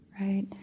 right